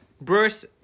Bruce